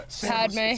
Padme